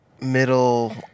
middle